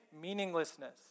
meaninglessness